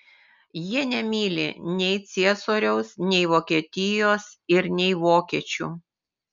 jie nemyli nei ciesoriaus nei vokietijos ir nei vokiečių